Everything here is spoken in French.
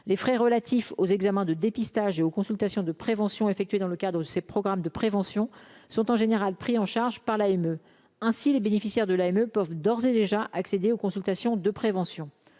les frais relatifs aux examens de dépistage et aux consultations de prévention effectuée dans le cadre de ses programmes de prévention sont en général pris en charge par l'AME ainsi les bénéficiaires de l'AME peuvent d'ores et déjà accédé aux consultations de prévention